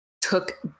took